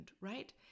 right